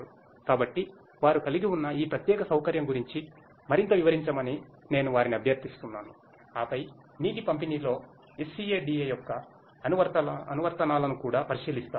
కాబట్టి వారు కలిగి ఉన్న ఈ ప్రత్యేక సౌకర్యం గురించి మరింత వివరించమని నేను వారిని అభ్యర్థిస్తున్నాను ఆపై నీటిపంపిణీలోSCADA యొక్క అనువర్తనాలను కూడా పరిశీలిస్తాము